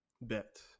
Bet